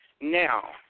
Now